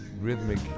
rhythmic